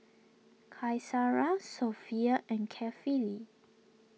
Qaisara Sofea and Kefli